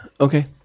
okay